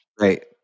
Right